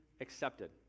accepted